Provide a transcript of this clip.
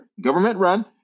government-run